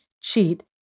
cheat